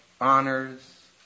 honors